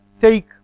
take